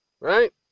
right